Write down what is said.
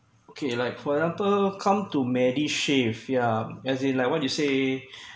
okay like for example come to medisave yeah as in like what you say